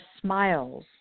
smiles